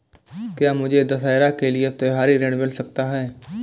क्या मुझे दशहरा के लिए त्योहारी ऋण मिल सकता है?